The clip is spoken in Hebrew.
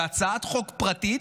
בהצעת חוק פרטית,